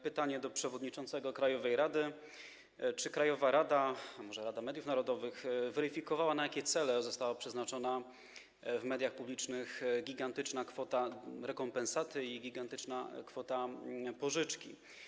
Pytanie do przewodniczącego krajowej rady: Czy krajowa rada, a może Rada Mediów Narodowych weryfikowała, na jakie cele została przeznaczona w mediach publicznych gigantyczna kwota rekompensaty i gigantyczna kwota pożyczki?